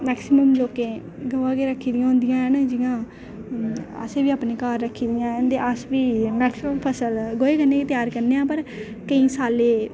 maximum लोकें गवां के रक्खी दियां होंदियां हैन जि'यां असें बी अपने घर रक्खी दियां हैन अस बी फसल गोहे कन्नै गै त्यार करने आं पर केईं सालें